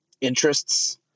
interests